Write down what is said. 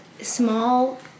small